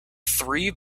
three